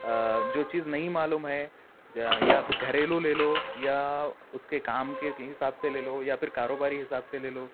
جو چیز نہیں معلوم ہے یا گھریلو لے لو یا اس کے کام کے حساب سے لے لو یا پھر کاروباری حساب سے لے لو